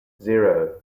zero